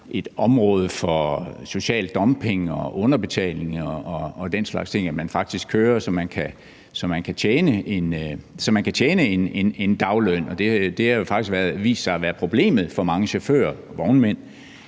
et område for social dumping og underbetaling og den slags ting, men at man faktisk kører, så man kan tjene en dagløn, for det har faktisk vist sig at være problemet for mange chauffører og vognmænd,